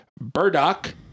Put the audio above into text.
Burdock